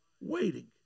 waiting